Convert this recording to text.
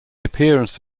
appearance